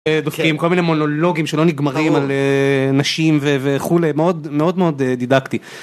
דווקא עם כל מיני מונולוגים שלא נגמרים על נשים וכולי, מאוד מאוד דידקטי.